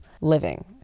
living